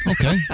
Okay